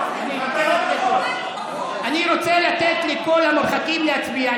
אני רוצה לתת לכל המורחקים להצביע,